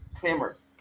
claimers